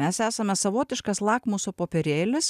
mes esame savotiškas lakmuso popierėlis